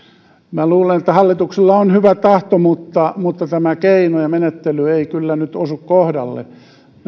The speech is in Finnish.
minä luulen että hallituksella on hyvä tahto mutta mutta tämä keino ja menettely ei kyllä nyt osu kohdalleen meidän on